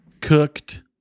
Cooked